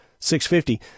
650